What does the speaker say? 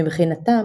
מבחינתה,